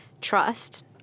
Trust